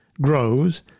grows